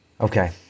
Okay